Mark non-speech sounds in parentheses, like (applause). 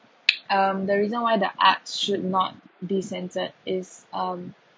(noise) um the reason why the art should not be censored is um